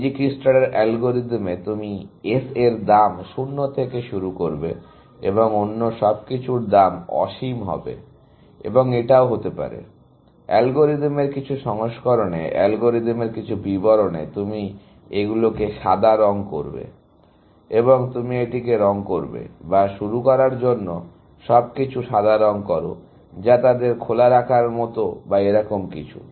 ডিজিকিস্ট্রার এর অ্যালগরিদমে তুমি S এর দাম 0 থেকে শুরু করবে এবং অন্য সব কিছুর দাম অসীম হবে এবং এটাও হতে পারে অ্যালগরিদমের কিছু সংস্করণে অ্যালগরিদমের কিছু বিবরণেতুমি এগুলোকে সাদা রঙ করবে এবং তুমি এটিকে রঙ করবে বা শুরু করার জন্য সবকিছু সাদা রঙ করো যা তাদের খোলা রাখার মতো বা এরকম কিছু